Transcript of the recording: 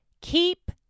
Keep